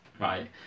right